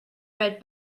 red